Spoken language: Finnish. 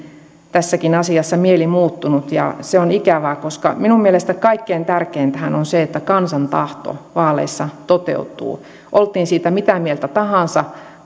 tässäkin asiassa mieli muuttunut ja se on ikävää koska minun mielestäni kaikkein tärkeintähän on se että kansan tahto vaaleissa toteutuu oltiin siitä mitä mieltä tahansa